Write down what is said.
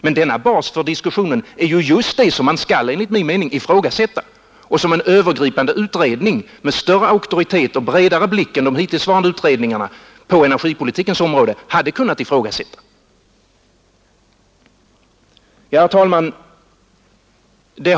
Men denna bas för diskussionen är just det som man enligt min mening skall ifrågasätta och som en övergripande utredning med större auktoritet och vidare blick än de hittillsvarande utredningarna på energipolitikens område hade kunnat ifrågasätta. Herr talman!